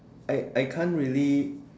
I I can't really